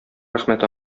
рәхмәт